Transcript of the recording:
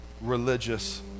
religious